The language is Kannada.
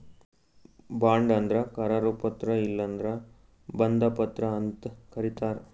ಬಾಂಡ್ ಅಂದ್ರ ಕರಾರು ಪತ್ರ ಇಲ್ಲಂದ್ರ ಬಂಧ ಪತ್ರ ಅಂತ್ ಕರಿತಾರ್